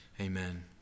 Amen